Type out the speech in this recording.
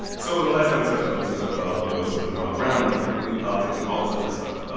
so in the last time we talked about this, we talked about, you know, sort of ron brown and respectability politics and all this other stuff.